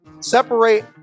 separate